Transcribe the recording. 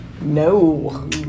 No